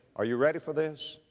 are you ready for this?